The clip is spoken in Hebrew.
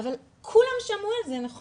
אבל כולם שמעו את זה, נכון?